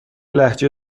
لهجه